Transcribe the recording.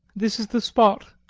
this is the spot,